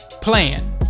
plan